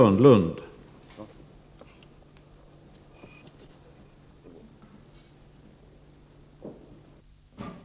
Debatten om kultur var härmed avslutad. Kammaren övergick till att debattera arbetsmarknad.